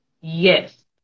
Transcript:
Yes